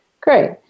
Great